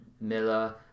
Miller